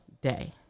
day